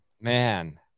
Man